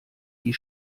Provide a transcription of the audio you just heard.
die